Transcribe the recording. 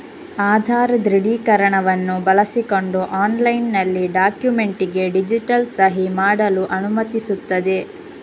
ಆಧಾರ್ ದೃಢೀಕರಣವನ್ನು ಬಳಸಿಕೊಂಡು ಆನ್ಲೈನಿನಲ್ಲಿ ಡಾಕ್ಯುಮೆಂಟಿಗೆ ಡಿಜಿಟಲ್ ಸಹಿ ಮಾಡಲು ಅನುಮತಿಸುತ್ತದೆ